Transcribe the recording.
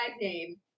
name